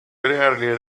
rarely